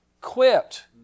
quit